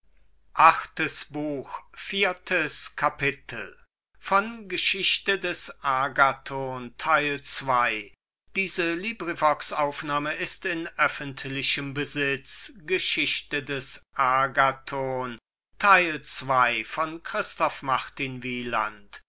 käufer des agathon